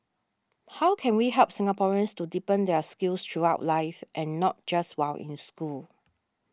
how can we help Singaporeans to deepen their skills throughout life and not just while in school